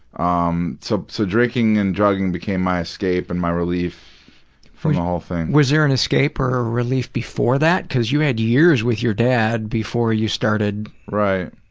um so so, drinking and drugging became my escape and my relief from the whole thing. was there an escape or a relief before that? cause you had years with your dad before you started os right.